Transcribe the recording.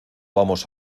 vamos